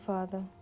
Father